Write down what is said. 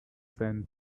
sent